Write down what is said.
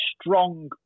strong